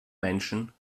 menschen